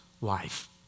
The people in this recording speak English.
life